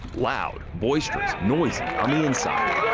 loud, boisterous, noisy on the inside.